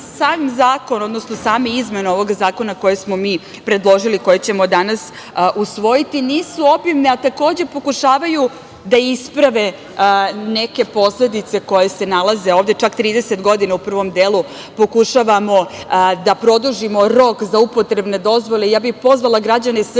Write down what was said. Sam zakon, odnosno same izmene ovog zakona koje smo mi predložili, koje ćemo danas usvojiti, nisu obimne, a takođe pokušavaju da isprave neke posledice koje se nalaze ovde, čak 30 godina u prvom delu pokušavamo da produžimo rok za upotrebne dozvole. Ja bih pozvala građane